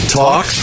talk